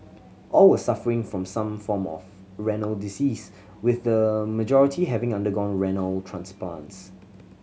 all were suffering from some form of renal disease with the majority having undergone renal transplants